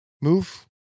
Move